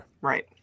Right